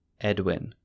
Edwin